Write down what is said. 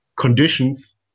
conditions